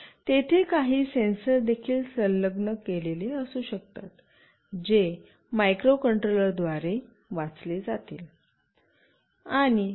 तेथे काही सेन्सर देखील संलग्न केलेले असू शकतात जे मायक्रोकंट्रोलर द्वारे वाचले जातील